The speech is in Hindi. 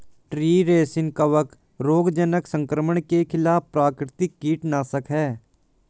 ट्री रोसिन कवक रोगजनक संक्रमण के खिलाफ प्राकृतिक कीटनाशक है